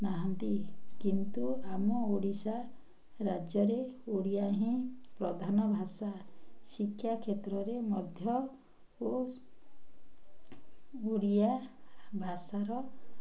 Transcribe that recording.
ନାହାନ୍ତି କିନ୍ତୁ ଆମ ଓଡ଼ିଶା ରାଜ୍ୟରେ ଓଡ଼ିଆ ହିଁ ପ୍ରଧାନ ଭାଷା ଶିକ୍ଷା କ୍ଷେତ୍ରରେ ମଧ୍ୟ ଓ ଓଡ଼ିଆ ଭାଷାର